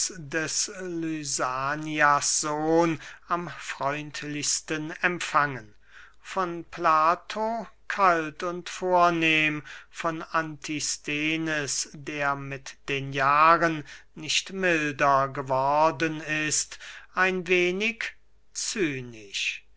des lysanias sohn am freundlichsten empfangen von plato kalt und vornehm von antisthenes der mit den jahren nicht milder geworden ist ein wenig